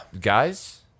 guys